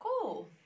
Cool